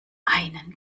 einen